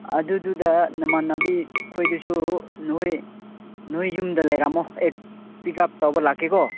ꯑꯗꯨꯗꯨꯗ ꯅꯃꯥꯟꯅꯕꯤ ꯈꯣꯏꯗꯁꯨ ꯅꯣꯏ ꯅꯣꯏ ꯌꯨꯝꯗ ꯂꯩꯔꯝꯃꯣ ꯑꯩ ꯄꯤꯛ ꯑꯞ ꯇꯧꯕ ꯂꯥꯛꯀꯦꯀꯣ